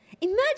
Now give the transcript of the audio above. Imagine